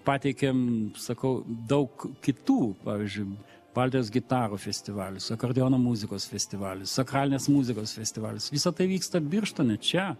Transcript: pateikiam sakau daug kitų pavyzdžiui baltijos gitarų festivalis akordeono muzikos festivalis sakralinės muzikos festivalis visa tai vyksta birštone čia